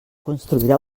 construirà